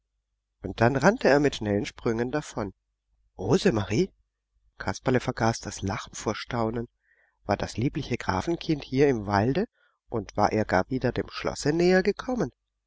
und dann rannte er mit schnellen sprüngen davon rosemarie kasperle vergaß das lachen vor staunen war das liebliche grafenkind hier im walde und war er gar wieder dem schlosse näher gekommen